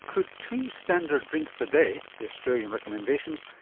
could two standard drinks a day, the australian recommendations,